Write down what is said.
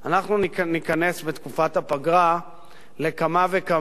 אנחנו ניכנס בתקופת הפגרה לכמה וכמה